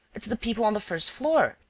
it's the people on the first floor,